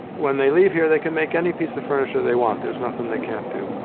when they leave here they can make any piece of furniture they want. there's nothing they can't do.